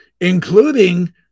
Including